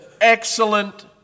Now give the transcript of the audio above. excellent